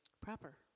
Proper